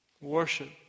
Worship